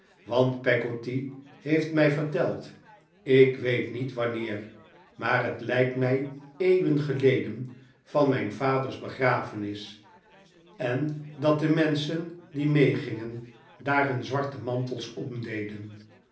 want peggotty heeft mij verteld ik weet niet wanneer maar het lijkt mij eeuwen geleden van mijn vaders begrafenis en dat de menschen die meegingen daar hun zwarte mantels omdeden